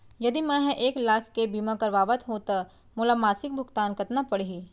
यदि मैं ह एक लाख के बीमा करवात हो त मोला मासिक भुगतान कतना पड़ही?